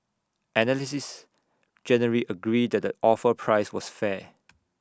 analysts generally agreed that the offer price was fair